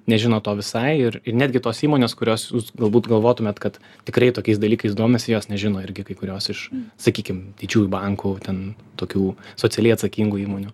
nežino to visai ir ir netgi tos įmonės kurios galbūt galvotumėt kad tikrai tokiais dalykais domisi jos nežino irgi kai kurios iš sakykim didžiųjų bankų ten tokių socialiai atsakingų įmonių